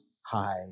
high